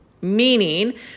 Meaning